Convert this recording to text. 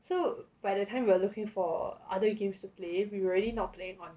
so by the time we are looking for other games to play we were already not playing on